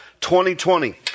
2020